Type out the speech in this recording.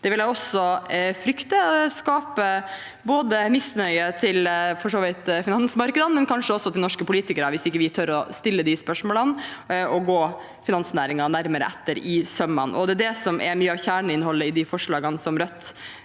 Det vil jeg også frykte at skaper misnøye både med finansmarkedene og kanskje også med norske politikere, hvis ikke vi tør å stille de spørsmålene og gå finansnæringen nærmere etter i sømmene. Det er det som er mye av kjerneinnholdet i forslagene som Rødt